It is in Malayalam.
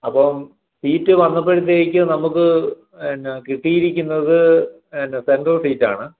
അപ്പം വീട്ടിൽ വന്നപ്പോഴത്തേക്കും നമുക്ക് എന്നാ കിട്ടിയിരിക്കുന്നത് എന്നാ സെൻട്രൽ സീറ്റ് ആണ്